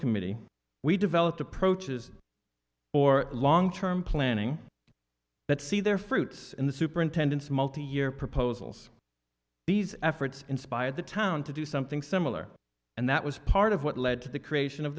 committee we developed approaches or long term planning that see their fruits in the superintendent's multi year proposals these efforts inspired the town to do something similar and that was part of what led to the creation of